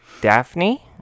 Daphne